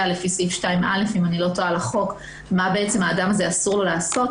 לפי סעיף 2(א) לחוק מה אסור לאדם הזה לעשות,